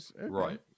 Right